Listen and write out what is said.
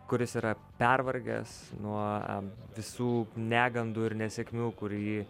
kuris yra pervargęs nuo visų negandų ir nesėkmių kurį